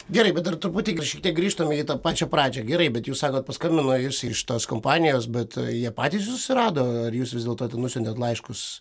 gerai bet dar truputį šiek tiek grįžtame į pačią pradžią gerai bet jūs sakot paskambino jus iš šitos kompanijos bet jie patys jus susirado ar jūs vis dėlto nusiuntėt laiškus